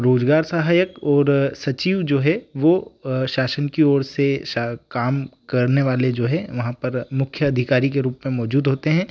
रोजगार सहायक और सचिव जो है वो शासन की ओर से शा काम करने वाले जो हैं वहाँ पर मुख्य अधिकारी के रूप में मौजूद होते हैं